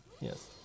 Yes